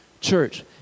church